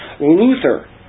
Luther